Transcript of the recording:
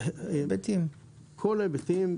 כל ההיבטים.